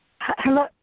Hello